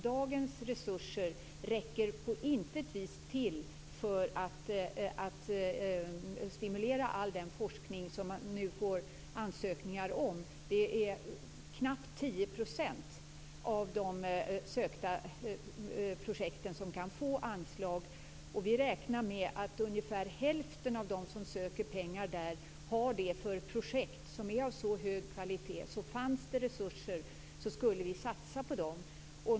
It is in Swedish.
Dagens resurser räcker på intet vis till för att stimulera all den forskning som det nu kommer in ansökningar om. Det är knappt 10 % av de projekt som söker anslag som kan få anslag. Vi räknar med att ungefär hälften av dem som söker pengar gör det till projekt av så hög kvalitet att om det fanns resurser skulle vi satsa på dem.